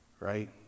Right